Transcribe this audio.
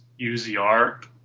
UZR